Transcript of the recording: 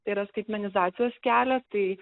tai yra skaitmenizacijos kelią tai